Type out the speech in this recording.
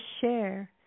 share